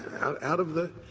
out of the